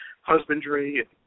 husbandry